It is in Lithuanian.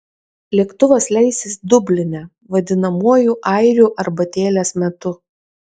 lėktuvas leisis dubline vadinamuoju airių arbatėlės metu